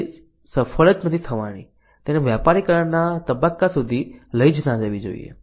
એવી સર્વિસ કે જે સફળ જ નથી થવાની તેને વ્યાપારીકરણ ના તબક્કા સુધી લઈ જ ના જવી જોઈએ